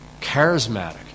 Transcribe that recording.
charismatic